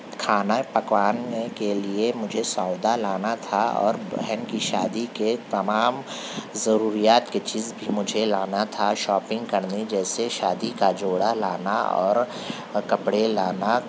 کھانا پکوانے کے لیے مجھے سودا لانا تھا اور بہن کی شادی کے تمام ضروریات کی چیز بھی مجھے لانا تھا شاپنگ کرنی جیسے شادی کا جوڑا لانا اور کپڑے لانا